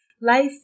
Life